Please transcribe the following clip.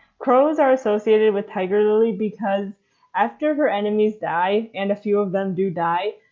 crows are associated with tiger lily because after her enemies die, and a few of them do die,